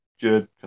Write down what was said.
good